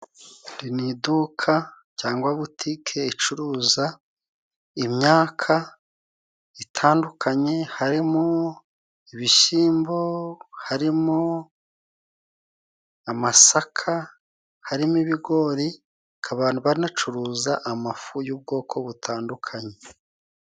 Iri ni iduka cyangwa butike icuruza imyaka itandukanye harimo ibishyimbo, harimo amasaka, harimo ibigori kabantu banacuruza amafu y'ubwoko butandukanye.